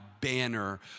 banner